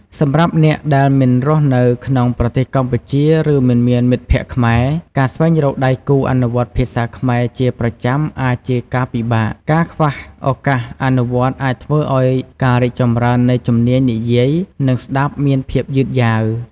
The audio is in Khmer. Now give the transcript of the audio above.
សម្រាប់អ្នកដែលមិនរស់នៅក្នុងប្រទេសកម្ពុជា ឬមិនមានមិត្តភក្តិខ្មែរ ការស្វែងរកដៃគូអនុវត្តភាសាខ្មែរជាប្រចាំអាចជាការពិបាក។ ការខ្វះឱកាសអនុវត្តអាចធ្វើឱ្យការរីកចម្រើននៃជំនាញនិយាយ និងស្តាប់មានភាពយឺតយ៉ាវ។